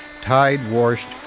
tide-washed